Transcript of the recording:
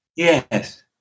Yes